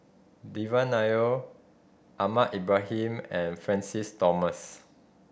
Devan Nair Ahmad Ibrahim and Francis Thomas